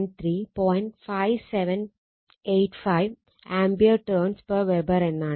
5785 A T Wb എന്നാണ്